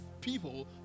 people